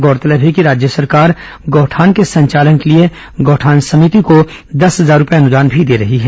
गौरतलब है कि राज्य सरकार गौठान के संचालन के लिए गौठान समिति को दस हजार रूपये अनुदान भी दे रही है